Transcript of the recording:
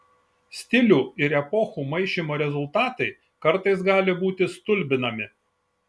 stilių ir epochų maišymo rezultatai kartais gali būti stulbinami